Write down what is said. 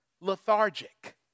lethargic